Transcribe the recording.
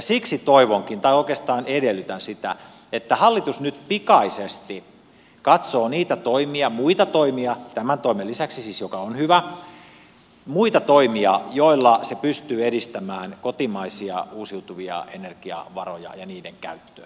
siksi toivonkin tai oikeastaan edellytän sitä että hallitus nyt pikaisesti katsoo niitä muita toimia siis tämän toimen lisäksi joka on hyvä joilla se pystyy edistämään kotimaisia uusiutuvia energiavaroja ja niiden käyttöä